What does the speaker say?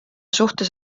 suhtes